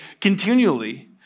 continually